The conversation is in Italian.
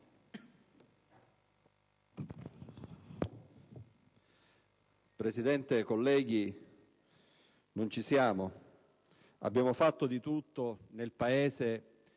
Presidente, colleghi, non ci siamo. Abbiamo fatto di tutto, nel Paese,